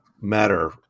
matter